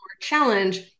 challenge